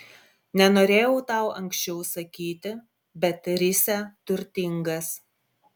nenorėjau tau anksčiau sakyti bet risią turtingas